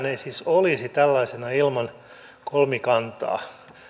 ei siis olisi tällaisena ilman kolmikantaa